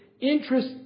interest